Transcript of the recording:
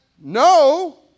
No